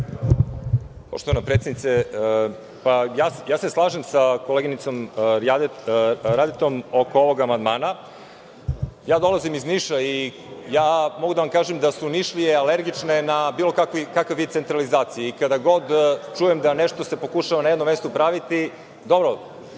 Poštovana predsednice, ja se slažem sa koleginicom Radetom oko ovog amandmana. Ja dolazim iz Niša i mogu da vam kažem da su Nišlije alergične na bilo kakav vid centralizacije i kada god čujem da se nešto pokušava na jednom mestu praviti… Dobro,